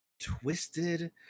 twisted